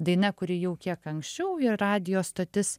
daina kuri jau kiek anksčiau į radijo stotis